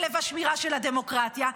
כלב השמירה של הדמוקרטיה,